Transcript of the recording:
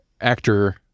actor